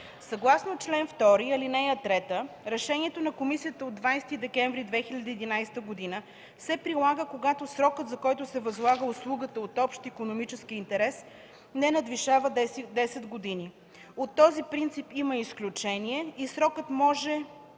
Съгласно чл. 2, ал. 3 Решението на Комисията от 20 декември 2011 г. се прилага, когато срокът, за който се възлага услугата от общ икономически интерес, не надвишава 10 години. От този принцип има изключение и срокът може